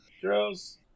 Gross